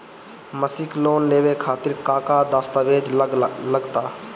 मसीक लोन लेवे खातिर का का दास्तावेज लग ता?